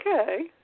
Okay